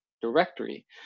directory